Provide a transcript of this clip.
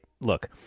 look